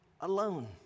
alone